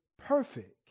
perfect